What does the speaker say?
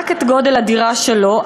רק את גודל הדירה שלו,